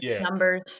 numbers